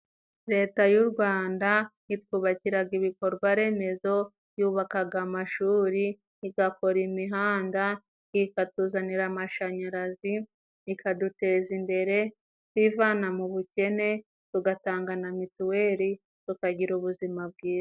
Leta y'u Rwanda itwubakiraga ibikorwaremezo, yubakaga amashuri igakora imihanda, ikatuzanira amashanyarazi, ikaduteza imbere twivana mu bukene, tugatanga na mituweri tukagira ubuzima bwiza.